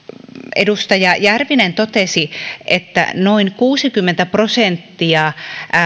edustaja järvinen totesi että noin kuusikymmentä prosenttia